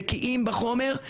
בקיאים בחומר,